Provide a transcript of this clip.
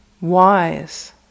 wise